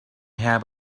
have